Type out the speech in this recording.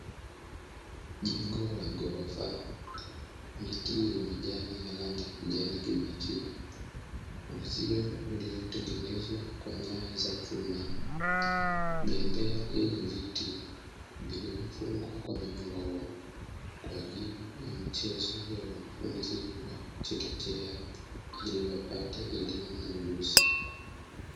Jengo la ghorofa, miti yenye majani ya rangi ya kijani kibichi, uzio uliotengenezwa kwa nyaya za chuma, bembea yenye viti vilivyofungwa kwa minyororo kwa ajili ya michezo ya wanafunzi wa chekechea, ili wapate elimu na ujuzi.